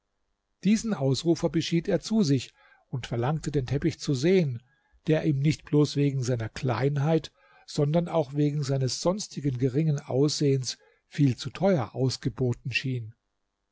diesen ausrufer beschied er zu sich und verlangte den teppich zu sehen der ihm nicht bloß wegen seiner kleinheit sondern auch wegen seines sonstigen geringen aussehens viel zu teuer ausgeboten schien